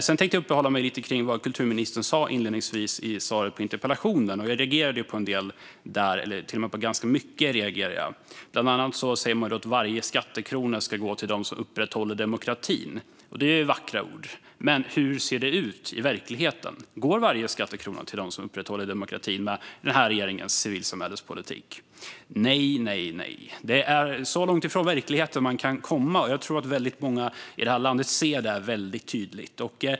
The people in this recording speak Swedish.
Jag tänkte uppehålla mig lite kring vad kulturministern inledningsvis sa i svaret på interpellationen. Jag reagerade på ganska mycket där. Bland annat säger man att varje skattekrona ska gå till dem som upprätthåller demokratin. Det är vackra ord. Men hur ser det ut i verkligheten? Går varje skattekrona till dem som upprätthåller demokratin, med den här regeringens civilsamhällespolitik? Nej, nej, nej. Det är så långt från verkligheten man kan komma, och jag tror att väldigt många här i landet ser detta väldigt tydligt.